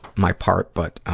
my part. but,